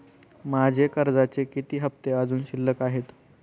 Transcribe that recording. माझे कर्जाचे किती हफ्ते अजुन शिल्लक आहेत?